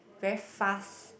very fast